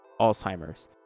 Alzheimer's